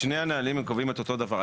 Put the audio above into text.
שני הנהלים קובעים אותו דבר.